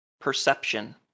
Perception